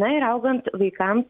na ir augant vaikams